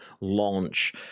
launch